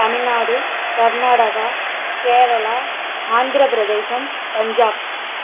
Tamil Nadu Karnataka Kerala Andhra Pradesh Punjab